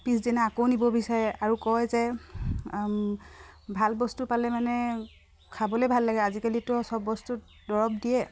পিছদিনা আকৌ নিব বিচাৰে আৰু কয় যে ভাল বস্তু পালে মানে খাবলে ভাল লাগে আজিকালিতো সব বস্তু দৰৱ দিয়ে